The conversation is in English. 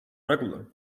regular